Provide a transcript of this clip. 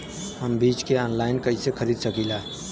हम बीज के आनलाइन कइसे खरीद सकीला?